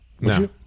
No